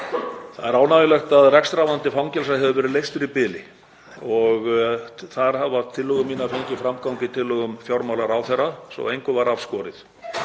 Það er ánægjulegt að rekstrarvandi fangelsa hefur verið leystur í bili og þar hafa tillögur mínar fengið framgang í tillögum fjármálaráðherra svo ekkert var af skorið.